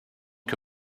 que